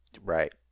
Right